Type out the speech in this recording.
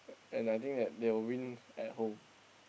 and I think that they will win at home